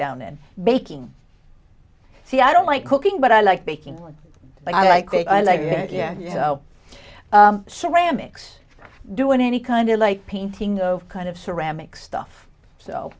down and baking see i don't like cooking but i like baking when i like i like yeah you know ceramics doing any kind of like painting of kind of ceramics stuff so